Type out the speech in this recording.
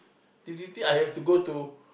teet teet teet I have to go to